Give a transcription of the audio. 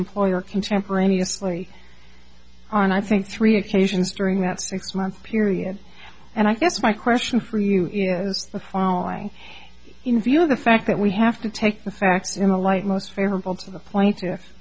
employer contemporaneously on i think three occasions during that six month period and i guess my question for you is the following in view of the fact that we have to take the facts in the light most favorable to the plaintiffs